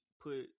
put